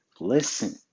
Listen